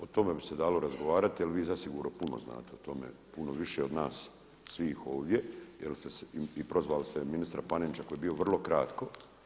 O tome bi se dalo razgovarati, ali vi zasigurno puno znate o tome, puno više od nas svih ovdje jel ste prozvali ministra Panenića koji je bio vrlo kratko.